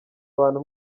abantu